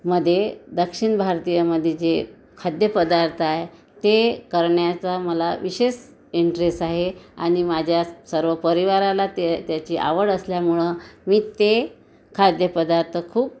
मध्ये दक्षिण भारतीय मध्ये जे खाद्यपदार्थ आहे ते करण्याचा मला विशेस इंटरेस आहे आणि माझ्या सर्व परिवाराला ते त्याची आवड असल्यामुळं मी ते खाद्यपदार्थ खूप